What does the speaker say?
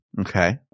Okay